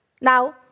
Now